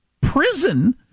prison